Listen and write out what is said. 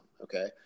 Okay